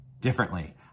differently